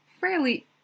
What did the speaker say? fairly